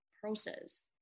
process